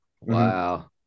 Wow